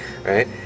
right